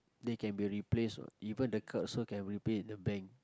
they can be replaced what even the card also can replace in the bank